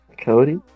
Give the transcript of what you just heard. Cody